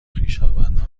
خویشاوندان